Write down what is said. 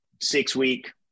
six-week